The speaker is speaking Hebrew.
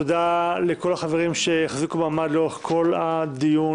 תודה לכל החברים שהחזיקו מעמד לאורך כל הדיון,